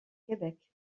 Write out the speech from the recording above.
québec